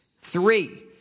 Three